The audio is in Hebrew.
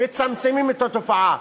מצמצמים את התופעה.